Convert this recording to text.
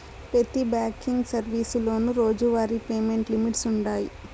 పెతి బ్యాంకింగ్ సర్వీసులోనూ రోజువారీ పేమెంట్ లిమిట్స్ వుండాయి